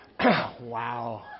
Wow